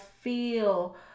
feel